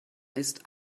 ist